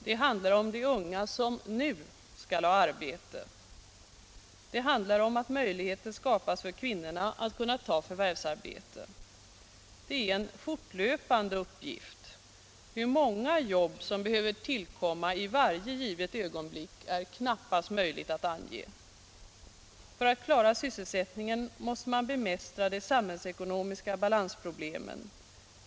Det handlar om de unga som nu skall ha arbete. Det handlar om att möjligheter skapas för kvinnorna att ta förvärvsarbete. Det är en fortlöpande uppgift. Hur många jobb som behöver tillkomma i varje givet ögonblick är knappast möjligt att ange. För att klara sysselsättningen måste man bemästra de samhällsekonomiska balansproblemen.